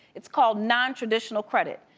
it's called non-traditional credit.